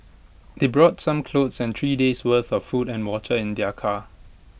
they brought some clothes and three days' worth of food and water in their car